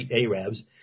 Arabs